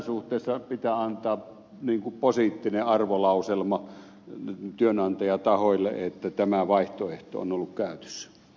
elikkä tässä suhteessa pitää antaa positiivinen arvolauselma työnantajatahoille että tämä vaihtoehto on ollut käytössä